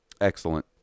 Excellent